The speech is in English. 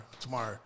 tomorrow